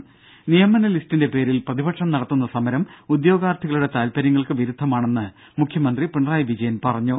ദേദ നിയമന ലിസ്റ്റിന്റെ പേരിൽ പ്രതിപക്ഷം നടത്തുന്ന സമരം ഉദ്യോഗാർഥികളുടെ താത്പര്യങ്ങൾക്ക് വിരുദ്ധമാണെന്ന് മുഖ്യമന്ത്രി പിണറായി വിജയൻ പറഞ്ഞു